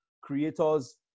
creators